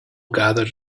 gathered